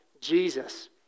Jesus